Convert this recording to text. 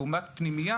לעומת פנימייה